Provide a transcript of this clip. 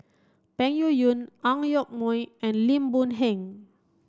Peng Yuyun Ang Yoke Mooi and Lim Boon Heng